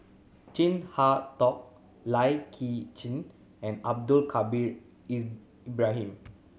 Chin Harn Tong Lai Kew Chen and Abdul Kadir Ibrahim